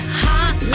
hot